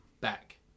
back